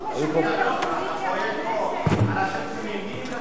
אנחנו תמימים לפי דעתך?